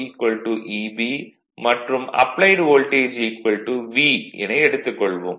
Eb மற்றும் applied voltage V என எடுத்துக் கொள்வோம்